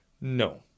No